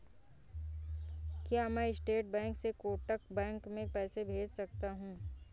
क्या मैं state bank से कोटक बैंक में पैसे भेज सकता हूँ?